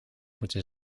moeten